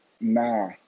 Nah